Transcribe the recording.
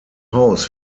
haus